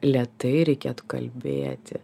lėtai reikėtų kalbėti